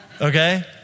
Okay